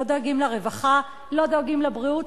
לא דואגים לרווחה, לא דואגים לבריאות.